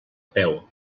peu